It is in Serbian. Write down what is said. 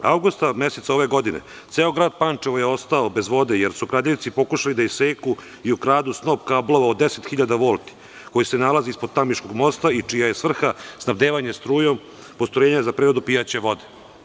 Avgusta meseca ove godine ceo grad Pančevo je ostao bez vode, jer su kradljivci pokušali da iseku i ukradu snop kablova od 10.000 volti, koji se nalazi ispod Tamiškog mosta i čija je svrha snabdevanje strujom postrojenja za preradu pijaće vode.